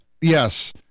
yes